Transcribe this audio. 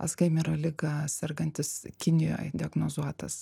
alzheimerio liga sergantis kinijoj diagnozuotas